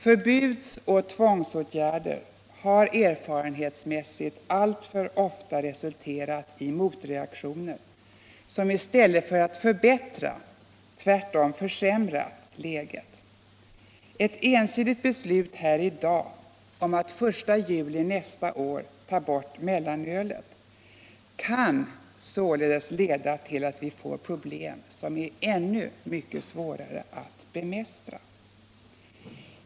Förbudsoch tvångsåtgärder har erfarenhetsmässigt alltför ofta resulterat i motreaktioner, som i stället för att förbättra tvärtom har försämrat läget. Ett ensidigt beslut här i dag om att den 1 juli nästa år ta bort mellanölet kan således leda till att vi får problem som blir ännu svårare att bemästra.